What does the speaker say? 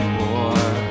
more